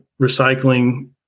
recycling